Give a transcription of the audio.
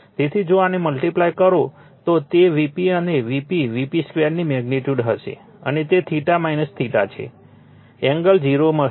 તેથી જો આને મલ્ટીપ્લાઇડ કરીએ તો તે Vp અને Vp Vp2 ની મેગ્નિટ્યુડ હશે અને તે છે એંગલ 0 હશે